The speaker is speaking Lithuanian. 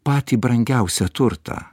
patį brangiausią turtą